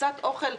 קצת אוכל.